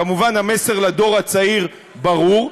כמובן, המסר לדור הצעיר הוא ברור.